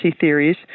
theories